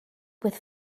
with